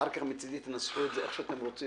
אחר כך מצדי תנסחו את זה איך שאתם רוצים,